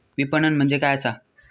विपणन म्हणजे काय असा?